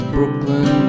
Brooklyn